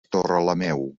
torrelameu